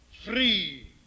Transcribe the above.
free